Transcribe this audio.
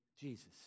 Jesus